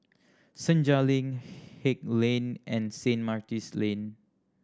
Senja Link Haig Lane and Saint Martin's Lane